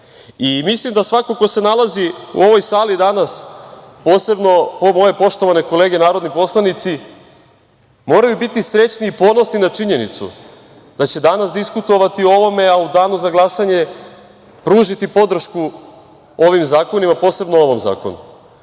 Mislim, da svako ko se nalazi u ovoj sali danas, posebno moje poštovane kolege narodni poslanici, moraju biti srećni i ponosni na činjenicu da će danas diskutovati o ovome, a u danu za glasanje pružiti podršku ovim zakonima, posebno ovom zakonu.